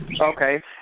Okay